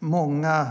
Många